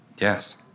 Yes